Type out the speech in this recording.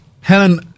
Helen